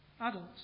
adults